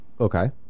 Okay